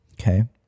okay